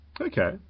Okay